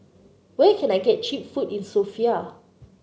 where can I get cheap food in Sofia